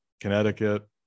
Connecticut